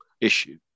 issue